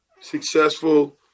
successful